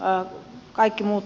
ja kaikki muut